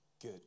good